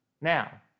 Now